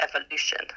evolution